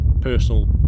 personal